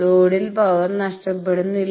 ലോഡിൽ പവർ നഷ്ടപ്പെടുന്നില്ല